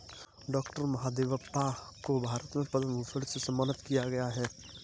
doctor Mahadevappa को भारत में पद्म भूषण से सम्मानित किया गया है